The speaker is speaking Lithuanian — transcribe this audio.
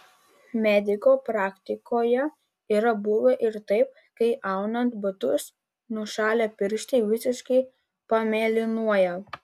mediko praktikoje yra buvę ir taip kai aunant batus nušalę pirštai visiškai pamėlynuoja